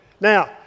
now